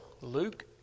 Luke